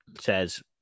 says